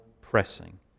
pressing